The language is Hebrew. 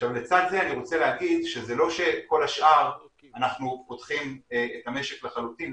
לצד זה אני רוצה להגיד שזה לא שכל השאר אנחנו פותחים את המשק לחלוטין,